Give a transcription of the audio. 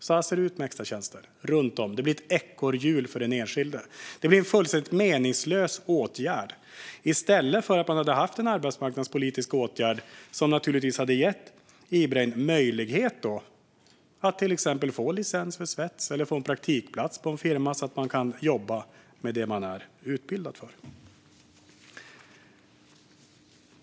Så här det ser ut med extratjänsterna runt omkring. Det blir som ett ekorrhjul för den enskilde. Det här är en fullständigt meningslös åtgärd. I stället hade man kunnat ha en arbetsmarknadspolitisk åtgärd som hade gett Ibrahim möjlighet att till exempel få licens som svetsare eller en praktikplats på en firma så att han hade kunnat jobba med det han är utbildad för.